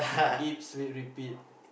eat sleep repeat